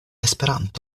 esperanto